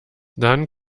dann